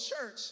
church